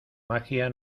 magia